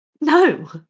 No